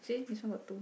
see this one got two